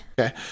Okay